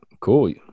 cool